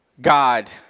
God